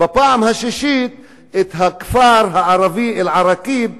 בפעם השישית את הכפר הערבי אל-עראקיב,